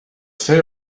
fell